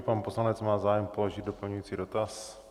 Pan poslanec má zájem položit doplňující dotaz.